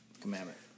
Commandment